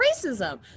racism